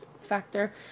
factor